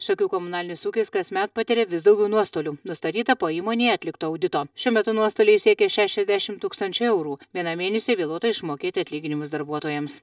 šakių komunalinis ūkis kasmet patiria vis daugiau nuostolių nustatyta po įmonėje atlikto audito šiuo metu nuostoliai siekė šešiasdešimt tūkstančių eurų vienam mėnesiui vėluota išmokėti atlyginimus darbuotojams